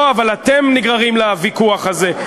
לא, אבל אתם נגררים לוויכוח הזה.